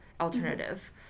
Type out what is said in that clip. alternative